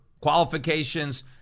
qualifications